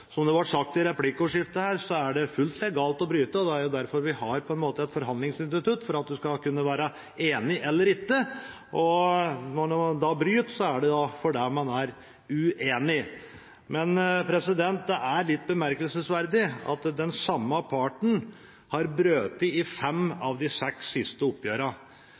Som det ble sagt i replikkordskiftet her, er det fullt legalt å bryte. Det er derfor vi har et forhandlingsinstitutt, for at en skal kunne være enig eller ikke, og når en da bryter, er det fordi en er uenig. Men det er litt bemerkelsesverdig at den samme parten har brutt i fem av de seks siste